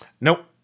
Nope